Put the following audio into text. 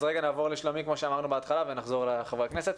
אז נעבור לשלומי יחיאב ואז נחזור לחברי הכנסת.